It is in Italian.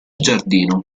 giardino